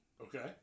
Okay